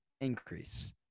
increase